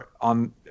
on